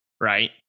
Right